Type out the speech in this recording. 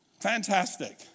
Fantastic